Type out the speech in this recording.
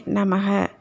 Namaha